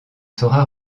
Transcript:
saura